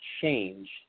change